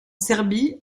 serbie